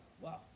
Wow